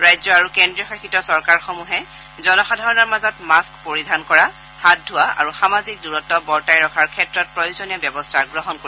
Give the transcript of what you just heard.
ৰাজ্য আৰু কেন্দ্ৰীয় শাসিত চৰকাৰসমূহে জনসাধাৰণৰ মাজত মাক্স পৰিধান কৰা হাত ধোৱা আৰু সামাজিক দূৰত্ব বৰ্তাই ৰখাৰ ক্ষেত্ৰত প্ৰয়োজনীয় ব্যৱস্থা গ্ৰহণ কৰিব